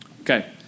Okay